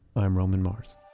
i'm roman mars